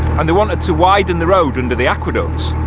and they wanted to widen the road under the aqueduct,